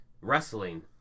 wrestling